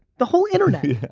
the whole internet.